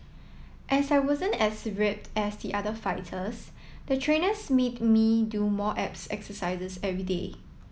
as I wasn't as ripped as the other fighters the trainers made me do more abs exercises everyday